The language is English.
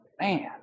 man